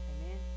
Amen